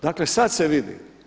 Dakle sada se vidi.